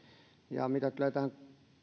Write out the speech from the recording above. mitä tulee tähän